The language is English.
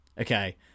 Okay